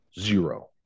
zero